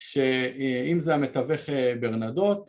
שאם זה המתווך ברנדות